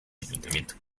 ayuntamiento